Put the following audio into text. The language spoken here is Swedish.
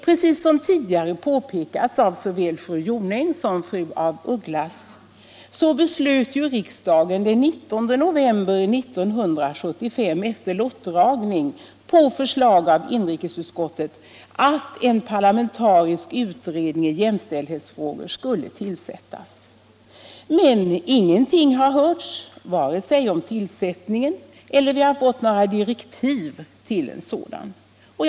Precis som fru Jonäng och fru af Ugglas tidigare påpekat beslöt riksdagen den 19 november 1975 efter lottdragning på förslag av inrikesutskottet att en parlamentarisk utredning i jämställdhetsfrågor skulle tillsättas. Men ingenting har hörts vare sig om en tillsättning eller om några direktiv för en sådan utredning.